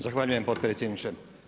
Zahvaljujem potpredsjedniče.